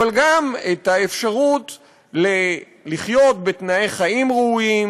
אבל גם את האפשרות לחיות בתנאי חיים ראויים